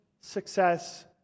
success